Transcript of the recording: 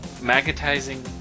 magnetizing